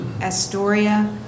Astoria